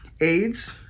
AIDS